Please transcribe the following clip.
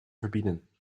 verbieden